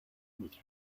with